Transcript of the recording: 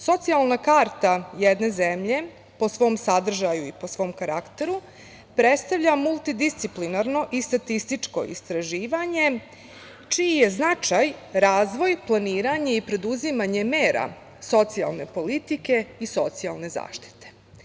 Socijalna karta jedne zemlje po svom sadržaju i po svom karakteru predstavlja multidisciplinarno i statističko istraživanje čiji je značaj razvoj, planiranje i preduzimanje mera socijalne politike i socijalne zaštite.